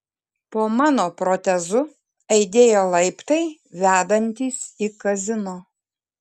po mano protezu aidėjo laiptai vedantys į kazino